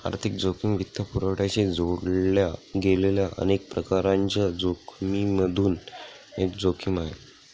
आर्थिक जोखिम वित्तपुरवठ्याशी जोडल्या गेलेल्या अनेक प्रकारांच्या जोखिमिमधून एक जोखिम आहे